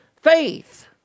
faith